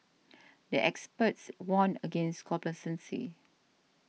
the experts warned against complacency